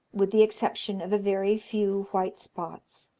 with the exception of a very few white spots.